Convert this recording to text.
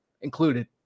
included